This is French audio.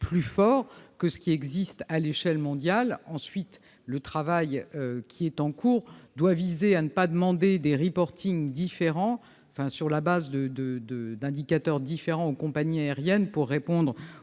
plus fort que ce qui existe à l'échelle mondiale. Ensuite, le travail qui est en cours doit viser à ne pas demander des différents, sur la base d'indicateurs différents, aux compagnies aériennes pour répondre